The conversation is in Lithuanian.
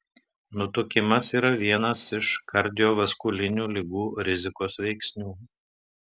nutukimas yra vienas iš kardiovaskulinių ligų rizikos veiksnių